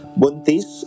buntis